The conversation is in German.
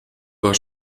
war